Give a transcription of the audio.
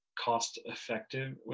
cost-effective